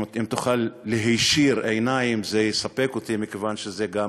אם תוכל להישיר עיניים, זה יספק אותי, כי זה גם